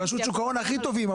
רשות שוק ההון הכי טובים,